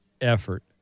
effort